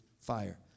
fire